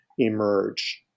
emerge